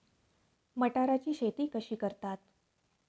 मटाराची शेती कशी करतात?